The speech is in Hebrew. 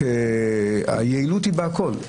היעילות היא בהכול,